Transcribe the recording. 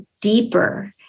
deeper